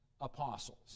apostles